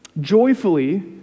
joyfully